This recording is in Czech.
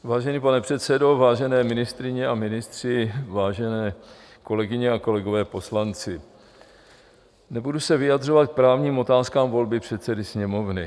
Vážený pane předsedo, vážené ministryně a ministři, vážené kolegyně a kolegové poslanci, nebudu se vyjadřovat k právním otázkám předsedy Sněmovny.